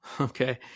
Okay